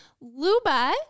Luba